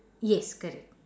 yes correct